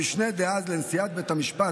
המשנה לנשיאת בית המשפט דאז,